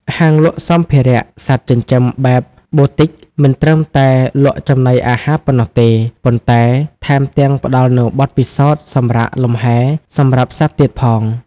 ហាងលក់សម្ភារៈសត្វចិញ្ចឹមបែប Boutique មិនត្រឹមតែលក់ចំណីអាហារប៉ុណ្ណោះទេ ប៉ុន្តែថែមទាំងផ្ដល់នូវបទពិសោធន៍សម្រាកលំហែ សម្រាប់សត្វទៀតផង។